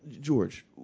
George